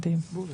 מדהים.